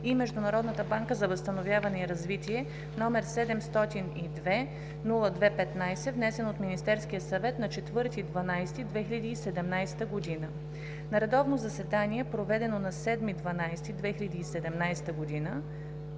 и Международната банка за възстановяване и развитие, № 702-02-15, внесен от Министерския съвет на 04.12.2017 г. На редовно заседание, проведено на 07.12.2017 г.,